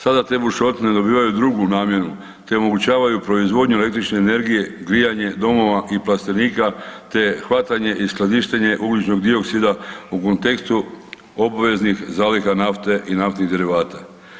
Sada te bušotine dobivaju drugu namjenu te omogućavaju proizvodnju električne energije, grijanje domova i plastenika te hvatanje i skladištenje ugljičnog dioksida u kontekstu obveznih zaliha nafte i naftnih derivata.